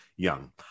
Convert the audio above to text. young